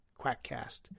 QuackCast